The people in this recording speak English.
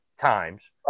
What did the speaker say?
times